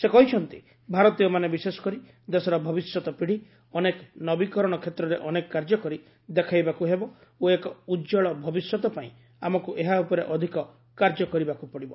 ସେ କହିଛନ୍ତି ଭାରତୀୟମାନେ ବିଶେଷକରି ଦେଶର ଭବିଷ୍ୟତ ପିଢ଼ି ଅନେକ ନବୀକରଣ କ୍ଷେତ୍ରରେ ଅନେକ କାର୍ଯ୍ୟ କରି ଦେଖାଇବାକୁ ହେବ ଓ ଏକ ଉଜ୍ଜଳ ଭବିଷ୍ୟତ ପାଇଁ ଆମକୁ ଏହା ଉପରେ ଅଧିକ କାର୍ଯ୍ୟ କରିବାକୁ ପଡ଼ିବ